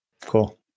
Cool